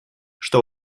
что